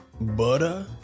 butter